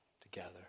together